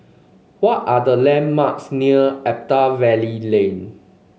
what are the landmarks near Attap Valley Lane